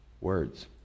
Words